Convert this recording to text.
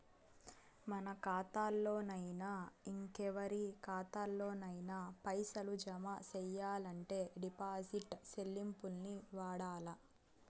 మన కాతాల్లోనయినా, ఇంకెవరి కాతాల్లోనయినా పైసలు జమ సెయ్యాలంటే డిపాజిట్ స్లిప్పుల్ని వాడల్ల